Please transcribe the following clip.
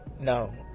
no